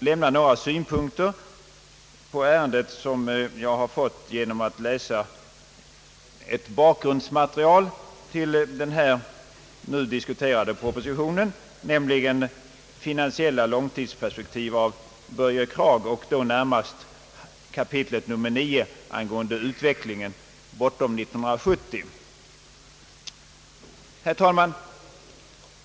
säga något om de synpunkter jag fått på ärendet genom att läsa ett bakgrundsmaterial till den nu diskuterade propositionen, nämligen »Finansiella långtidsperspektiv» av Börje Kragh. Det är närmast fråga om kapitel 9 angående utvecklingen efter 1970.